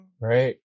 Right